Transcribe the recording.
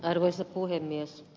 arvoisa puhemies